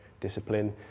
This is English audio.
discipline